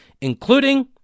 including